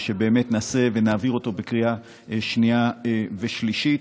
ושבאמת נעשה ונעביר אותו בקריאה שנייה ושלישית.